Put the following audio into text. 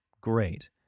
Great